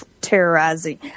terrorizing